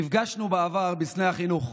נפגשנו בעבר בשדה החינוך.